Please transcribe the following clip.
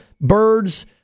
birds